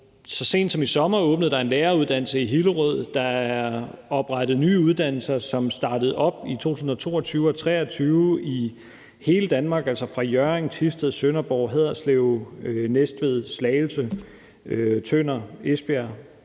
Så sent som i sommer åbnede der en læreruddannelse i Hillerød, og der er oprettet nye uddannelser, som startede op i 2022 og 2023 i hele Danmark, altså i Hjørring, Thisted, Sønderborg, Haderslev, Næstved, Slagelse, Tønder, Esbjerg,